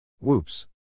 Whoops